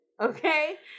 Okay